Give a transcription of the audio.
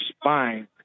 spine